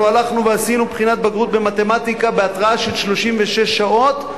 אנחנו הלכנו ועשינו בחינת בגרות במתמטיקה בהתראה של 36 שעות,